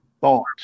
thought